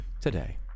today